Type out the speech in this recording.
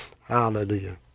Hallelujah